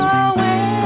away